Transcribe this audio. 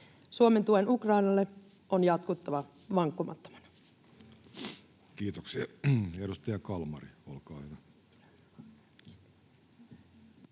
Suomen tuen Ukrainalle on jatkuttava vankkumattomana. Kiitoksia. — Edustaja Kalmari, olkaa hyvä.